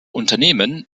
unternehmen